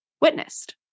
witnessed